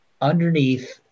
underneath